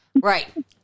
Right